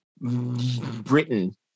Britain